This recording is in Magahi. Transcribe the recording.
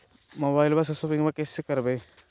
मोबाइलबा से शोपिंग्बा कैसे करबै?